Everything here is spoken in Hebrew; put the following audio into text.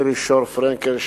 מירי שור-פרנקל,